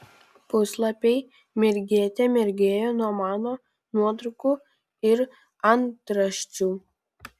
puslapiai mirgėte mirgėjo nuo mano nuotraukų ir antraščių